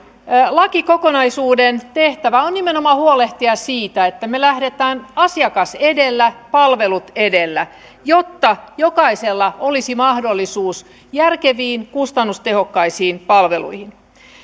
lakikokonaisuuden tehtävä on nimenomaan huolehtia siitä että me lähdemme asiakas edellä palvelut edellä jotta jokaisella olisi mahdollisuus järkeviin kustannustehokkaisiin palveluihin